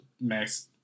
Max